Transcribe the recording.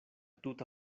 tuta